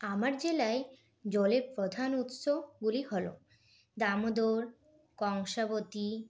আমার জেলায় জলের প্রধান উৎসগুলি হল দামোদর কংসাবতী